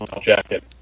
jacket